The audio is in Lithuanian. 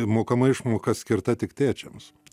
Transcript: mokama išmoka skirta tik tėčiams